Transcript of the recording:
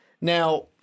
Now